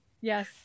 yes